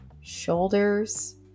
shoulders